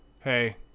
hey